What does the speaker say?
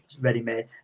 ready-made